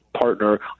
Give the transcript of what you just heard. partner